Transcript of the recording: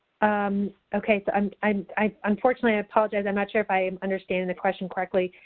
okay, so i'm i'm i unfortunately apologize. i'm not sure if i'm understanding the question correctly.